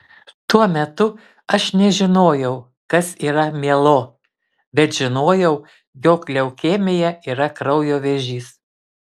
tuo metu aš nežinojau kas yra mielo bet žinojau jog leukemija yra kraujo vėžys